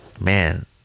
man